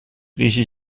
rieche